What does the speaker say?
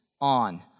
on